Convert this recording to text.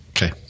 Okay